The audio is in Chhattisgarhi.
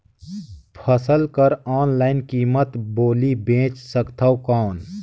फसल कर ऑनलाइन कीमत बोली बेच सकथव कौन?